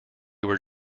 were